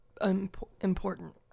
important